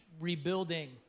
rebuilding